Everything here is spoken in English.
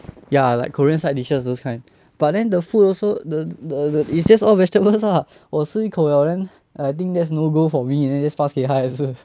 ya like korean side dishes those kind but then the food also the the the is just all vegetables ah 我吃一口了 then I think that's no go for me man just pass 给他也是